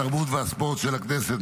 התרבות והספורט של הכנסת,